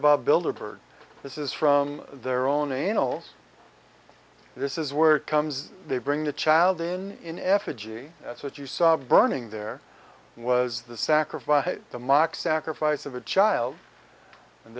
about build a bird this is from their own annals this is where it comes they bring the child in in effigy that's what you saw burning there was the sacrifice the mock sacrifice of a child and